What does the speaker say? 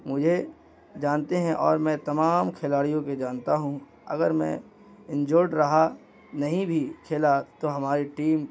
مجھے جانتے ہیں اور میں تمام کھلاڑیوں کے جانتا ہوں اگر میں انجورڈ رہا نہیں بھی کھیلا تو ہماری ٹیم